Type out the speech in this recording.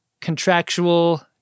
contractual